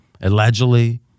Allegedly